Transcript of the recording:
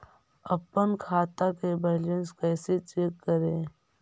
अपन खाता के बैलेंस कैसे चेक करे?